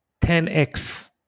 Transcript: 10x